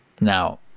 Now